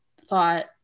thought